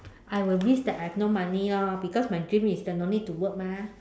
I will risk that I have no money lor because my dream is no need to work mah